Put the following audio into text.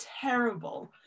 terrible